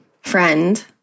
friend